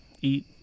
eat